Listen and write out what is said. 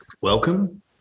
Welcome